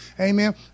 Amen